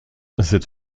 cette